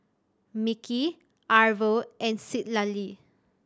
Mickie Arvo and Citlalli